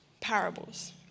parables